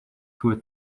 through